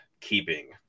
keeping